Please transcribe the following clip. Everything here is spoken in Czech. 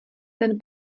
ten